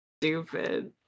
stupid